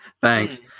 Thanks